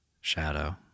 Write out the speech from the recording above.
shadow